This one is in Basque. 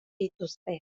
dituzte